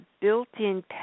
built-in